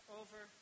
over